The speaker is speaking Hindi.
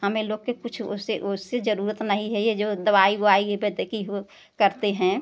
हमरे लोग के कुछ ओसे ओसे जरूरत नहीं है ये जो दवाई ओवाई ये वैद्य की हो करते हैं